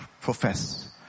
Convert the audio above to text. profess